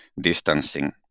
distancing